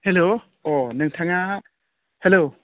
hello अह नोंथाङा hello